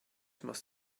must